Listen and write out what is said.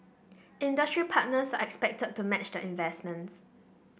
industry partners are expected to match the investments